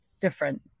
different